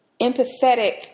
empathetic